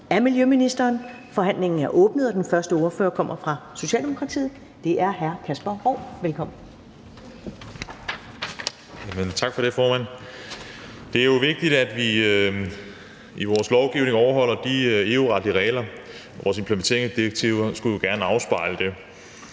Ellemann): Forhandlingen er åbnet. Den første ordfører kommer fra Socialdemokratiet, og det er hr. Kasper Roug. Velkommen. Kl. 15:10 (Ordfører) Kasper Roug (S): Tak for det, formand. Det er jo vigtigt, at vi i vores lovgivning overholder de EU-retlige regler. Vores implementering af direktiver skulle jo gerne afspejle det.